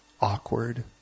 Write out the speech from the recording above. awkward